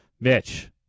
Mitch